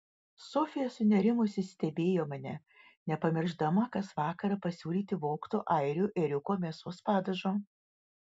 sofija sunerimusi stebėjo mane nepamiršdama kas vakarą pasiūlyti vogto airių ėriuko mėsos padažo